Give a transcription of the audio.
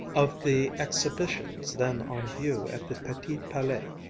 of the exhibitions then on view at the petit palais,